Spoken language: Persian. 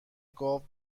گاو